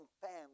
family